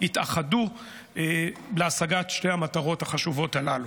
יתאחדו להשגת שתי המטרות החשובות הללו.